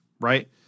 right